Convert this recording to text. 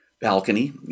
balcony